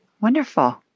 Wonderful